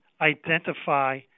identify